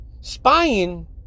spying